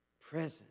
Present